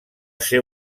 ser